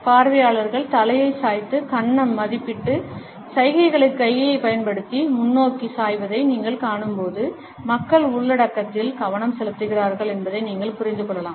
பார்வையாளர்கள் தலையை சாய்த்து கன்னம் மதிப்பீட்டு சைகைகளுக்கு கையைப் பயன்படுத்தி முன்னோக்கி சாய்வதை நீங்கள் காணும்போது மக்கள் உள்ளடக்கத்தில் கவனம் செலுத்துகிறார்கள் என்பதை நீங்கள் புரிந்து கொள்ளலாம்